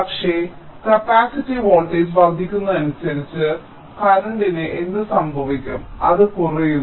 പക്ഷേ capacity voltage വർദ്ധിക്കുന്നതിനനുസരിച്ച് കറന്റിന് എന്ത് സംഭവിക്കും അത് കുറയുന്നു